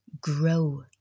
grow